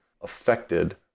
affected